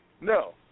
No